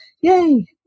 Yay